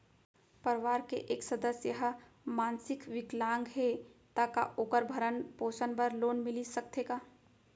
परवार के एक सदस्य हा मानसिक विकलांग हे त का वोकर भरण पोषण बर लोन मिलिस सकथे का?